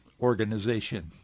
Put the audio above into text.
organization